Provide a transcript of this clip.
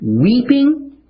weeping